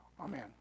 Amen